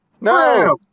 No